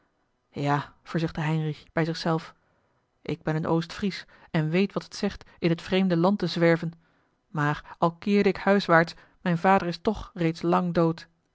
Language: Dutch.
verzuchtte heinrich bij zich zelf ik ben een oostvries en weet wat het zegt in het vreemde land te zwerven maar al keerde ik huiswaarts mijn vader is toch reeds lang dood